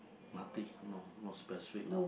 nothing no no specific